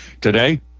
today